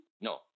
No